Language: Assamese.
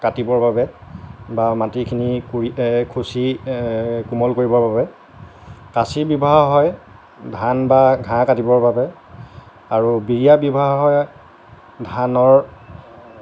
কাটিবৰ বাবে বা মাটিখিনি কুৰি খুচি কোমল কৰিবৰ বাবে কাচি ব্যৱহাৰ হয় ধান বা ঘাঁহ কাটিবৰ বাবে আৰু বিৰিয়া ব্যৱহাৰ হয় ধানৰ